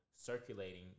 circulating